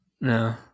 No